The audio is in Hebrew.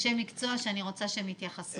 אנשי מקצוע שאני רוצה שהם יתייחסו.